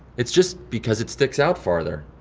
it's just because it sticks out farther